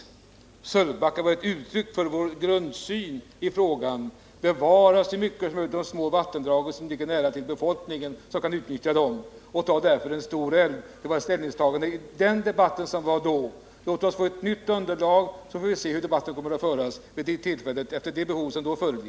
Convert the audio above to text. I Sölvbackafrågan gav vi uttryck för vår grundsyn: att bevara så mycket som möjligt av de små vattendrag som ligger nära befolkningen så att de kan uttnyttja dem, och i stället bygga ut en större älv. Det var ett ställningstagande vi gjorde i den debatt som fördes då. Låt oss nu få ett nytt underlag, så får vi sedan föra debatten efter de aktuella behoven.